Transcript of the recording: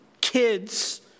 kids